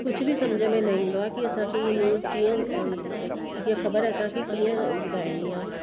कुझु बि सम्झि में न ईंदो आहे की असांखे हीअ न्यूज़ कीअं हीअ ख़बर असांखे कीअं ॿुधाइणी आहे